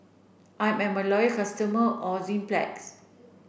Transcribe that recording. I'm a loyal customer of Enzyplex